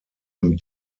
dem